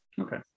Okay